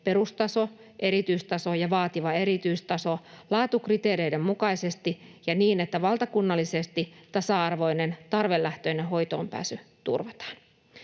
(perustaso, erityistaso ja vaativa erityistaso) laatukriteereiden mukaisesti ja niin, että valtakunnallisesti tasa-arvoinen, tarvelähtöinen hoitoonpääsy turvataan.